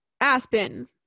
Aspen